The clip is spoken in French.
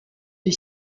des